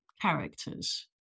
characters